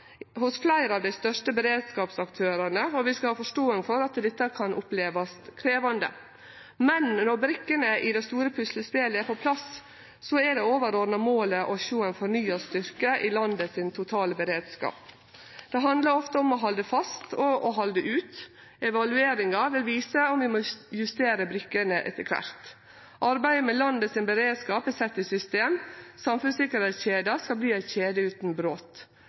fleire av dei største beredskapsaktørane, og vi skal ha forståing for at dette kan opplevast som krevjande. Men når brikkene i det store puslespelet er på plass, er det overordna målet å sjå ein fornya styrke i landets totale beredskap. Det handlar ofte om å halde fast og å halde ut. Evalueringa vil vise om vi må justere brikkene etter kvart. Arbeidet med beredskapen i landet er sett i system. Samfunnssikkerheitskjeda skal verte ei kjede utan brot.